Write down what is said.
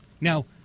Now